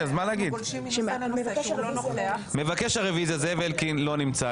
אלקין ביקש את הרוויזיה והוא לא כאן.